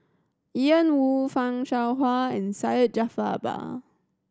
Ian Woo Fan Shao Hua and Syed Jaafar Albar